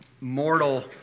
mortal